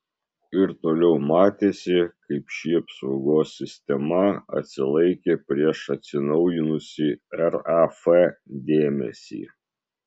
ir toliau matėsi kaip ši apsaugos sistema atsilaikė prieš atsinaujinusį raf dėmesį